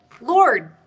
Lord